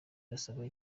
arasaba